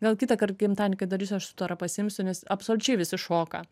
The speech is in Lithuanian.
gal kitąkart gimtadienį kai darysiu aš sutarą pasiimsiu nes absoliučiai visi šoka